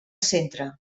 centre